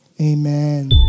Amen